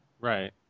Right